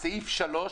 בסעיף (3)